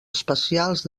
especials